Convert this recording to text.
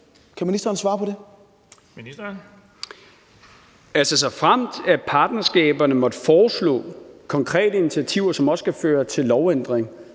(Peter Hummelgaard): Altså, såfremt partnerskaberne måtte foreslå konkrete initiativer, som også skal føre til lovændringer,